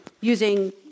using